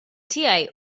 tiegħi